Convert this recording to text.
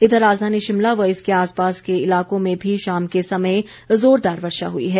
इधर राजधानी शिमला व इसके आस पास के इलाकों में भी शाम के समय जोरदार वर्षा हुई है